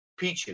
Pichu